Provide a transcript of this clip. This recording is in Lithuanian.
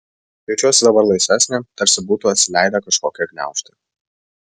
jaučiuosi dabar laisvesnė tarsi būtų atsileidę kažkokie gniaužtai